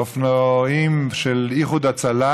אופנועים של איחוד הצלה,